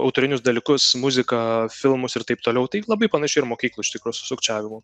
autorinius dalykus muziką filmus ir taip toliau tai labai panašiai ir mokykloj iš tikro su sukčiavimu